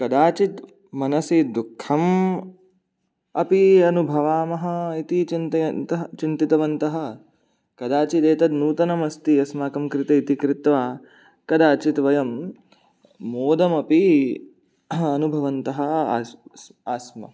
कदाचित् मनसि दुःखम् अपि अनुभवामः इति चिन्तयन्तः चिन्तितवन्तः कदाचित् एतत् नूतनमस्ति अस्माकङ्कृते इति कृत्वा कदाचित् वयं मोदमपि अनुभवन्तः आस्म